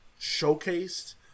showcased